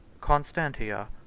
Constantia